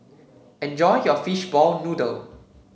enjoy your Fishball Noodle